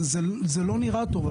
זה לא נראה טוב.